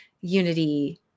unity